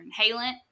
inhalant